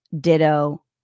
ditto